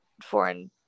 foreign